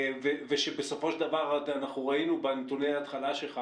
ושבסופו של דבר אנחנו ראינו בנתוני התחלה שלך